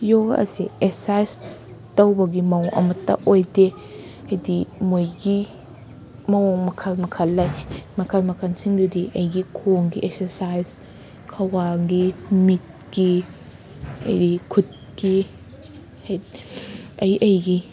ꯌꯣꯒꯥ ꯑꯁꯤ ꯑꯦꯛꯁꯔꯁꯥꯏꯖ ꯇꯧꯕꯒꯤ ꯃꯑꯣꯡ ꯑꯃꯇ ꯑꯣꯏꯗꯦ ꯍꯥꯏꯗꯤ ꯃꯣꯏꯒꯤ ꯃꯑꯣꯡ ꯃꯈꯜ ꯃꯈꯜ ꯂꯩ ꯃꯈꯜ ꯃꯈꯜꯁꯤꯡꯗꯨꯗꯤ ꯑꯩꯒꯤ ꯈꯣꯡꯒꯤ ꯑꯦꯛꯁꯔꯁꯥꯏꯖ ꯈ꯭ꯋꯥꯡꯒꯤ ꯃꯤꯠꯀꯤ ꯑꯩꯒꯤ ꯈꯨꯠꯀꯤ ꯑꯩ ꯑꯩꯒꯤ